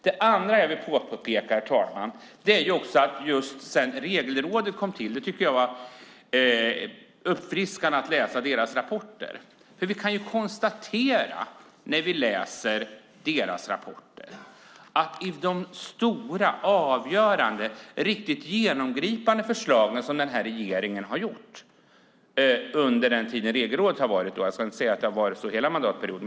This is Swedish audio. Det andra jag vill påpeka, herr talman, gäller Regelrådet. Jag tycker att det är uppfriskande att läsa deras rapporter. När vi läser deras rapporter kan vi konstatera en sak när det gäller de stora, avgörande och riktigt genomgripande förslag som den här regeringen har kommit med under den tid som Regelrådet har funnits - jag ska inte säga att det har varit så under hela mandatperioden.